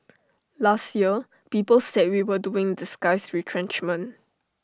last year people said we were doing disguised retrenchment